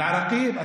אל-עראקיב.